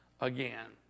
again